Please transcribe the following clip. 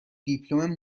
دیپلم